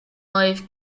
life